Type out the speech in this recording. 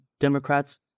Democrats